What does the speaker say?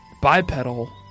Bipedal